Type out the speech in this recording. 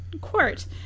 court